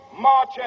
march